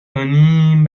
کنیم